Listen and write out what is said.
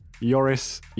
Yoris